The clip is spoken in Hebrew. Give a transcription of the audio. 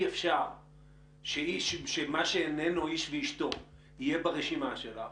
אפשר שמה שאיננו ""איש ואשתו"" יהיה ברשימה שלך